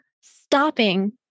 stopping